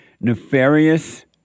nefarious